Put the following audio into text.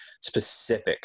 specific